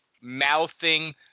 mouthing